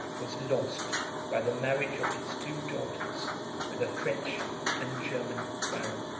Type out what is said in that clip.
was lost by the marriage of his two daughters with a french and german baron.